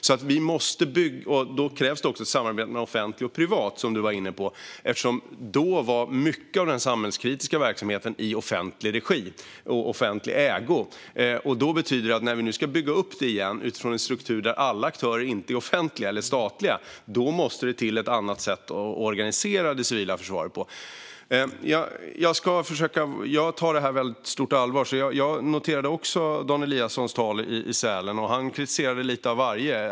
Då krävs det ett samarbete mellan det offentliga och det privata, vilket du, Pål Jonson, var inne på. På den tiden var mycket av den verksamhet som var av kritisk betydelse för samhället i offentlig regi och offentlig ägo. När vi nu ska bygga upp detta igen, utifrån en struktur där alla aktörer inte är offentliga eller statliga, måste det civila försvaret organiseras på ett annat sätt. Jag tar detta på väldigt stort allvar. Jag noterade också Dan Eliassons tal i Sälen. Han kritiserade lite av varje.